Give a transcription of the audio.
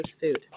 food